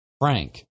Frank